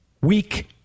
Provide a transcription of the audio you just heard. weak